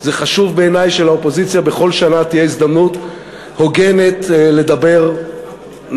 זה חשוב בעיני שלאופוזיציה בכל שנה תהיה הזדמנות הוגנת לדבר נגד,